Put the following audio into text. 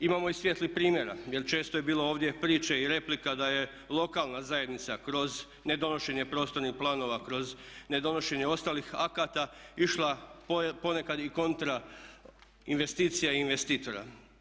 Imamo i svijetlih primjera jer često je bilo ovdje priče i replika da je lokalna zajednica kroz nedonošenje prostornih planova, kroz nedonošenje ostalih akata išla ponekad i kontra investicija i investitora.